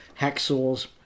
hacksaws